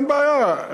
אין בעיה,